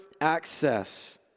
access